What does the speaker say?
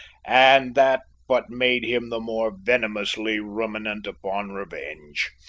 and that but made him the more venomously ruminant upon revenge.